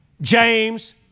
James